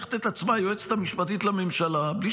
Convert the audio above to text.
היועצת המשפטית לממשלה הופכת את עצמה,